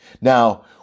Now